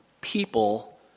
people